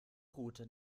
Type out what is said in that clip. route